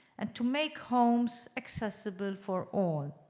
and to make homes accessible for all.